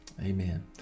Amen